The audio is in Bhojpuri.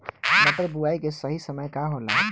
मटर बुआई के सही समय का होला?